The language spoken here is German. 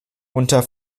unter